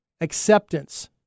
acceptance